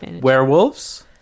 werewolves